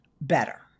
better